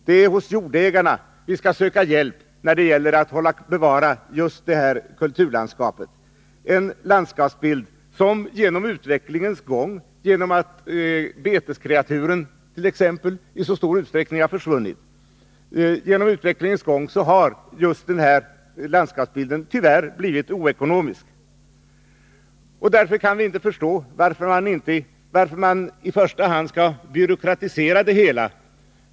Det är hos jordägarna vi skall söka hjälp när det gäller att bevara just det här kulturlandskapet, som genom utvecklingens gång — t.ex. genom att beteskreaturen i så stor utsträckning har försvunnit — tyvärr har blivit oekonomiskt. Därför kan vi inte förstå varför man i första hand skall byråkratisera det hela.